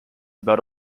about